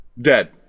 Dead